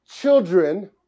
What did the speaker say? children